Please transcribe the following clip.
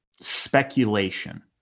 speculation